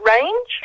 range